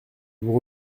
vous